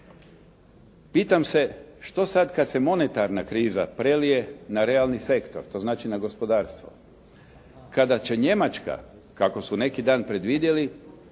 Pitam se što sad kad se monetarna kriza prelije na realni sektor, to znači na gospodarstvo kada će Njemačka, kako su neki dan predvidjeli